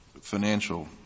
financial